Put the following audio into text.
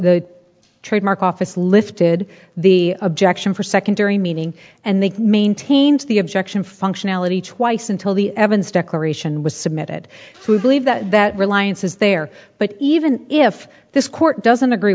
the trademark office lifted the objection for secondary meaning and they maintained the objection functionality twice until the evans declaration was submitted to believe that that reliance is there but even if this court doesn't agree